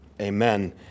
Amen